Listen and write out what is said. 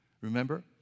Remember